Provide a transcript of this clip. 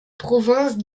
province